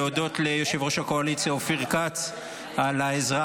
להודות ליושב-ראש הקואליציה אופיר כץ על העזרה